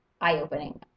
eye-opening